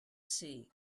ser